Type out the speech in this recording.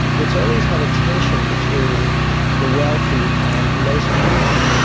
it's always had a tension between the wealthy and most people,